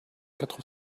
quatre